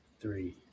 three